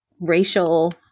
racial